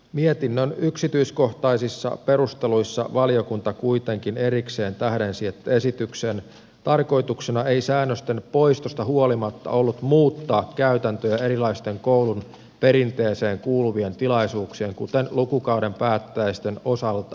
mietinnön yksityiskohtaisissa perusteluissa valiokunta kuitenkin erikseen tähdensi että esityksen tarkoituksena ei säännösten poistosta huolimatta ollut muuttaa käytäntöjä erilaisten koulun perinteeseen kuuluvien tilaisuuksien kuten lukukauden päättäjäisten osalta